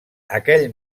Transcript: aquell